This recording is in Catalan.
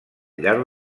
llarg